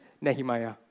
Nehemiah